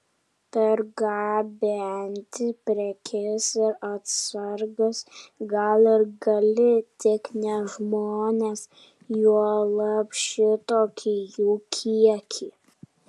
pergabenti prekes ir atsargas gal ir gali tik ne žmones juolab šitokį jų kiekį